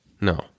No